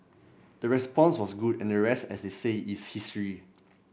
the response was good and the rest as they say is history